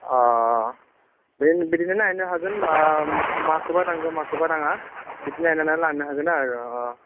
अ बेदिनो नायनो हागोन माखोबा नांगो माखोबा नाङा बिदि नायनानै लानो हागोन आरो अ